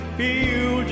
feel